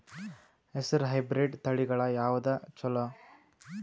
ಹೆಸರ ಹೈಬ್ರಿಡ್ ತಳಿಗಳ ಯಾವದು ಚಲೋ?